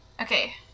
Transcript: Okay